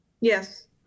Yes